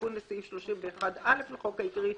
ותיקון לסעיף 31א לחוק העיקרי,